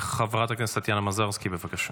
חברת הכנסת טטיאנה מזרסקי, בבקשה,